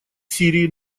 сирии